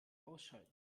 ausschalten